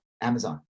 Amazon